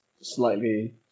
slightly